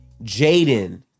Jaden